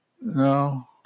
No